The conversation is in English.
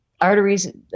arteries